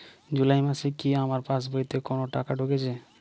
জুলাই মাসে কি আমার পাসবইতে কোনো টাকা ঢুকেছে?